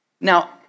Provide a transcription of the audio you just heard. Now